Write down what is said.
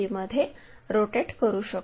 मध्ये रोटेट करू शकतो